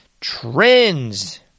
trends